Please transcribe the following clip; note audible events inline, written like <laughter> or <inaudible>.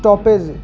<unintelligible>